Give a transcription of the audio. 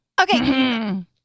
Okay